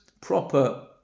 proper